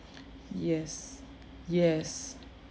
yes yes